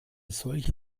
solche